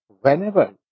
whenever